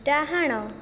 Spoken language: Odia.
ଡାହାଣ